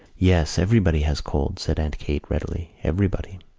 yes, everybody has colds, said aunt kate readily, everybody.